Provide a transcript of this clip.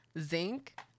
zinc